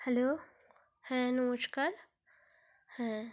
hello হ্যাঁ নমস্কার হ্যাঁ